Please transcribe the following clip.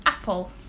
Apple